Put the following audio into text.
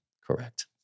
correct